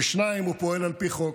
2. הוא פועל על פי חוק.